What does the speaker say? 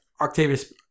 Octavius